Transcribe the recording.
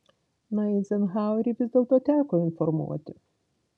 na eizenhauerį vis dėlto teko informuoti